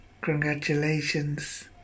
congratulations